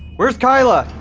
where's keila?